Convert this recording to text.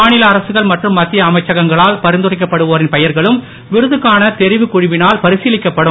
மாநில அரசுகள் மற்றும் மத்திய அமைச்சகங்களால் பரிந்துரைக்கப்படுவோரின் பெயர்களும் விருதுக்கான தெரிவு குழுவினால் பரிசிலிக்கப்படும்